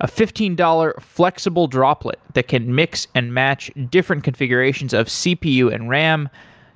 a fifteen dollars flexible droplet that can mix and match different configurations of cpu and ram